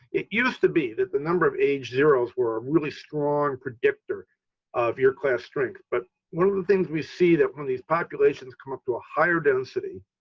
it used to be that the number of age zeros were a really strong predictor of year class strength. but one of the things we see that when these populations come up to a higher density,